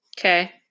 Okay